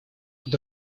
под